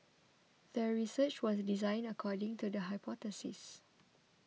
the research was designed according to the hypothesis